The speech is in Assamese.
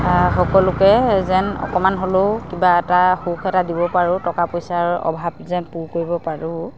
সকলোকে যেন অকণমান হ'লেও কিবা এটা সুখ এটা দিব পাৰোঁ টকা পইচাৰ অভাৱ যেন পূৰ কৰিব পাৰোঁ